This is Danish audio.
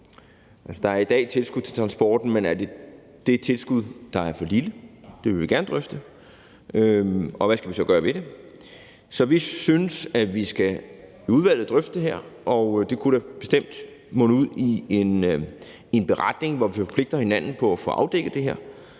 Der er i dag tilskud til transporten, men er det det tilskud, der er for lille? Det vil vi gerne drøfte. Og hvad skal vi så gøre ved det? Så vi synes, at vi skal drøfte det her i udvalget, og det kunne da bestemt munde ud i en beretning, hvor vi forpligter hinanden på at få afdækket det her,